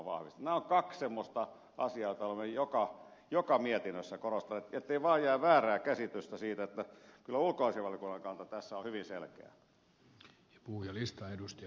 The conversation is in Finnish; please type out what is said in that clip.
nämä ovat kaksi semmoista asiaa joita olemme joka mietinnössä korostaneet ettei vain jää väärää käsitystä siitä että kyllä ulkoasiainvaliokunnan kanta tässä on hyvin selkeä